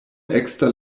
ekster